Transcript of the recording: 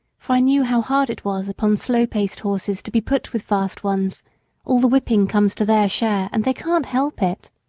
for i knew how hard it was upon slow-paced horses to be put with fast ones all the whipping comes to their share, and they can't help it.